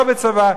לא בצבא.